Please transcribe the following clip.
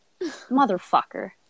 Motherfucker